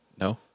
no